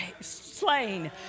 slain